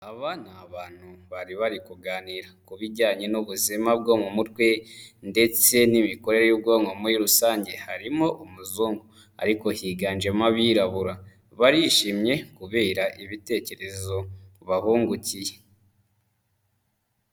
Aba ni abantu bari bari kuganira ku bijyanye n'ubuzima bwo mu mutwe ndetse n'imikorere y'ubwonko muri rusange, harimo umuzungu ariko higanjemo abirabura, barishimye kubera ibitekerezo bahungukiye.